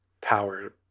power